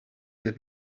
that